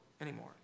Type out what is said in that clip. anymore